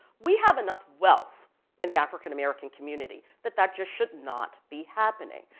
we have enough wealth in the african-american community that that just should not be happening.